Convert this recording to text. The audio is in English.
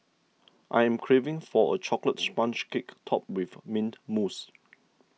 I'm craving for a Chocolate Sponge Cake Topped with Mint Mousse